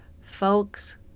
Folks